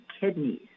kidneys